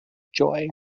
joy